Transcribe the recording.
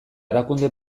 erakunde